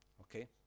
Okay